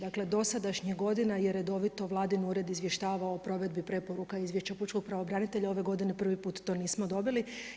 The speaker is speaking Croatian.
Dakle dosadašnjih godina je redovito Vladin ured izvještavao o provedbi preporuka o izvješću pučkog pravobranitelja, ove godine prvi put to nismo dobili.